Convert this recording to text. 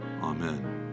Amen